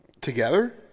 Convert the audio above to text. Together